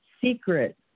secret